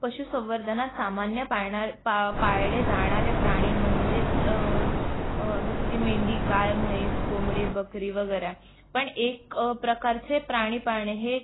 पशुसंवर्धनात सामान्यतः पाळण्या पाळले जाणारे प्राणी म्हणजेच जसं की मेंढी गाय म्हैस कोंबडी बकरी वगैरे पण एक प्रकारचे प्राणी पाळणे हे